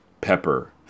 pepper